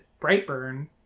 Brightburn